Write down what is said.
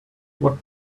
what